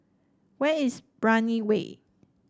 where is Brani Way